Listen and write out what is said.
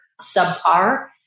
subpar